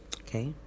Okay